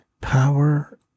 power